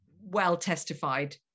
well-testified